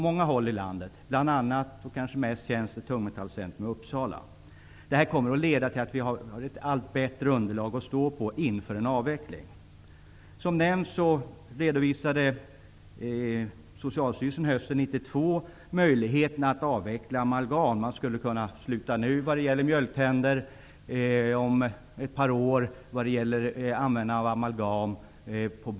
Mest känt är kanske ett tungmetallcentrum i Uppsala. Det här innebär att vi kommer att få ett allt bättre underlag inför en avveckling. Som nämnts redovisade Socialstyrelsen hösten 1992 möjligheten att avveckla amalgam. Man skulle kunna sluta nu när det gäller mjölktänder och om ett par år när det gäller barn under 19 år.